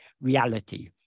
reality